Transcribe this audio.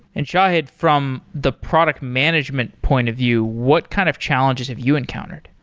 and shahid, from the product management point of view, what kind of challenges have you encountered?